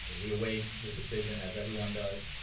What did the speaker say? we await the decision, as everyone does.